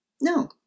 No